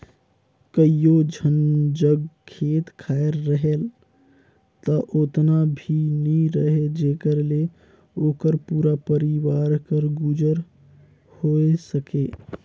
कइयो झन जग खेत खाएर रहेल ता ओतना भी नी रहें जेकर ले ओकर पूरा परिवार कर गुजर होए सके